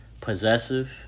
Possessive